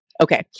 Okay